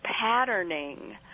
patterning